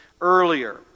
earlier